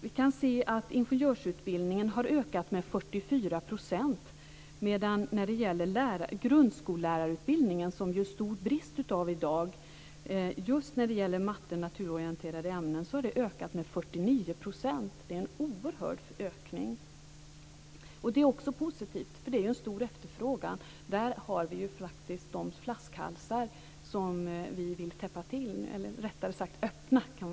Vi kan se att ingenjörsutbildningen har ökat med 44 %, medan grundskollärarutbildningen, där det är en stor brist i dag just när det gäller matte och naturorienterade ämnen, har ökat med 49 %. Det är en oerhörd ökning. Det är också positivt, för det är stor efterfrågan. Där har vi faktiskt de flaskhalsar som vi vill